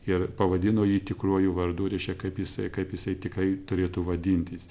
ir pavadino jį tikruoju vardu reiškia kaip jisai kaip jisai tikrai turėtų vadintis